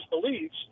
beliefs